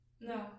No